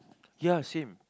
ya same